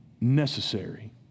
necessary